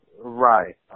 Right